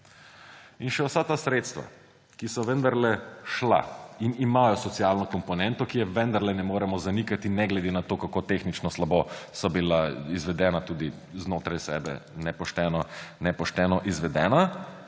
In še vsa ta sredstva, ki so vendarle šla in imajo socialno komponento, ki je vendarle ne moremo zanikati ne glede na to, kako tehnično slabo so bila izvedena tudi znotraj sebe, nepošteno izvedena,